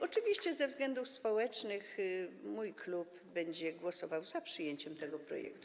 Oczywiście ze względów społecznych mój klub będzie głosował za przyjęciem tego projektu.